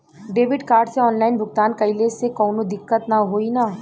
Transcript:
Debit card से online भुगतान कइले से काउनो दिक्कत ना होई न?